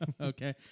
okay